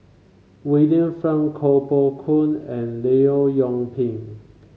William Koh Poh Koon and Leong Yoon Pin